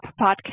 podcast